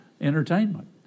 entertainment